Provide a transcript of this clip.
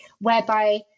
whereby